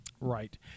Right